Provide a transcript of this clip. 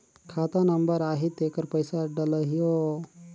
खाता नंबर आही तेकर पइसा डलहीओ?